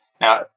Now